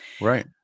Right